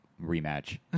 rematch